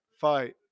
fight